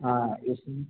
हाँ इसमें